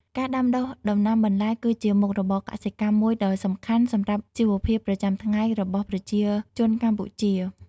ការដាំដុះដំណាំបន្លែ គឺជាមុខរបរកសិកម្មមួយដ៏សំខាន់សម្រាប់ជីវភាពប្រចាំថ្ងៃរបស់ប្រជាជនកម្ពុជា។